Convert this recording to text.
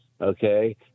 okay